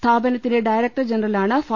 സ്ഥാപന ത്തിന്റെ ഡയറക്ടർ ജനറലാണ് ഫാ